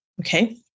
Okay